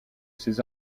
ces